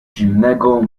zimnego